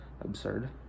absurd